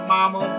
Mama